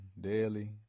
daily